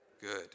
good